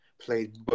played